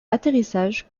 atterrissage